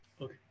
Okay